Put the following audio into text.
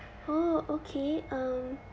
oh okay um